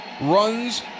runs